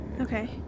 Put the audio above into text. Okay